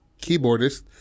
keyboardist